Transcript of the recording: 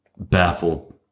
Baffled